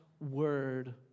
word